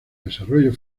desarrollo